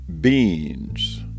beans